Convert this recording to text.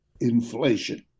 inflation